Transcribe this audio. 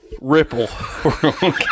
Ripple